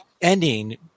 ending